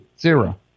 Zero